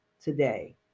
today